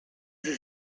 sie